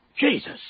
Jesus